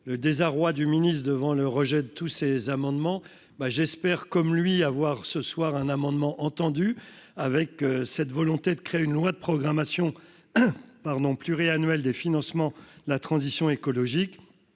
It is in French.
le désarroi du ministre devant le rejet de tous ces amendements bah j'espère comme lui à avoir ce soir un amendement entendu avec cette volonté de créer une loi de programmation par non pluri-des financements la transition écologique,